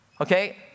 okay